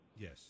Yes